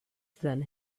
than